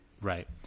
Right